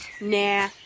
Nah